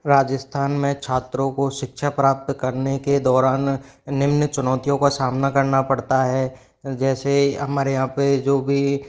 राजस्थान में छात्रों को शिक्षा प्राप्त करने के दौरान निम्न चुनौतियों का सामना करना पड़ता है जैसे हमारे यहाँ पर जो भी